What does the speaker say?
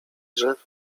drzew